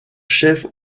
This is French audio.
chefs